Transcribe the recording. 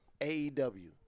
AEW